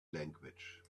language